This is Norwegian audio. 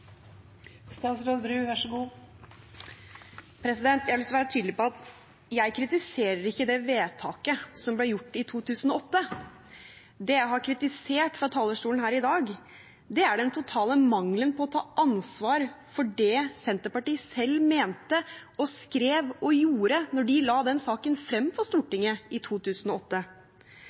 Jeg har lyst til å være tydelig på at jeg ikke kritiserer det vedtaket som ble gjort i 2008. Det jeg har kritisert fra talerstolen her i dag, er den totale mangelen på å ta ansvar for det Senterpartiet selv mente, skrev og gjorde da de la saken frem for Stortinget i 2008.